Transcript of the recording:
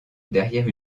derrière